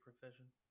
profession